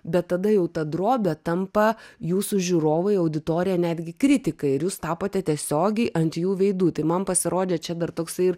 bet tada jau ta drobė tampa jūsų žiūrovai auditorija netgi kritikai ir jūs tapote tiesiogiai ant jų veidų tai man pasirodė čia dar toksai ir